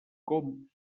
com